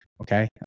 Okay